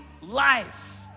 life